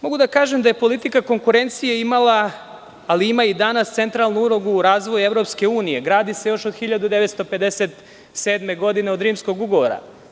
Mogu da kažem da je politika konkurencije imala, a ima i danas, centralnu ulogu u razvoju EU, gradi se još od 1957. godine od Rimskog ugovora.